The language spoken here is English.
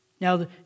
Now